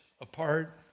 apart